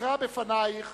אקרא בפנייך